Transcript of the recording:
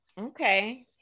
okay